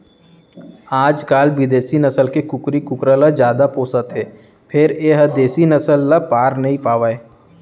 आजकाल बिदेसी नसल के कुकरी कुकरा ल जादा पोसत हें फेर ए ह देसी नसल ल पार नइ पावय